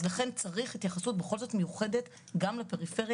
אז לכן צריך התייחסות מיוחדת בכל זאת גם לפריפריה,